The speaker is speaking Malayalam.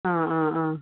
ആ ആ ആ